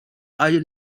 iron